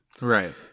right